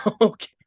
Okay